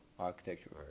architecture